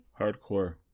Hardcore